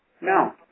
No